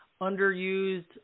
underused